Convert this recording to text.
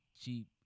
cheap